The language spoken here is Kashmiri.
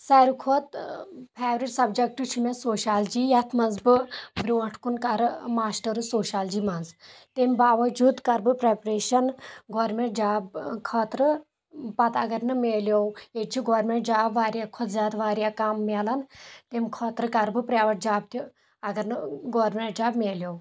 ساروٕے کھۄتہٕ فیورٹ سبجکٹ چھُ مےٚ سوشالجی یتھ منٛز بہٕ برٛونٛٹھ کُن کرٕ ماسٹٕرٕس سوشالجی منٛز تٔمۍ باوجوٗد کرٕ بہٕ پریپریشن گورمنٹ جاب خٲطرٕ پتہٕ اگر نہٕ ملیو ییٚتہِ چھِ گورمنٹ جاب واریاہ کھۄتہٕ زیادٕ واریاہ کم مِلان تمہِ خٲطرٕ کرٕ بہٕ پریویٹ جاب تہِ اگر نہٕ گورمنٹ جاب مِلیو